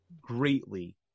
greatly